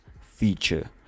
feature